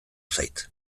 zait